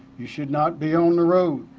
you should not be on the road.